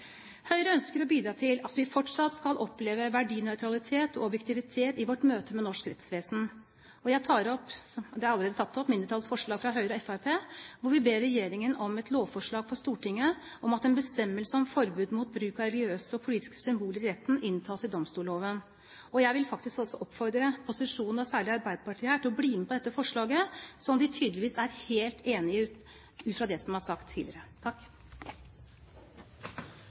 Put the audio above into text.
Høyre ønsker å bidra til at vi fortsatt skal oppleve verdinøytralitet og objektivitet i vårt møte med norsk rettsvesen. Det er allerede tatt opp et mindretallsforslag fra Høyre og Fremskrittspartiet, hvor vi ber regjeringen om å «fremme et lovforslag for Stortinget om at en bestemmelse om forbud mot bruk av religiøse og politiske symboler i retten inntas i domstolloven». Jeg vil også oppfordre posisjonen – og særlig Arbeiderpartiet – til å stemme for dette forslaget, som de tydeligvis er helt enig i, ut fra det som er sagt tidligere.